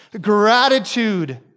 gratitude